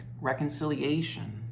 reconciliation